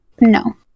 no